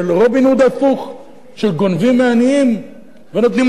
הוד הפוך: שגונבים מעניים ונותנים לעשירים.